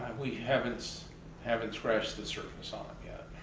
we haven't haven't scratched the surface on them yet.